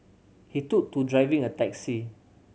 he took to driving a taxi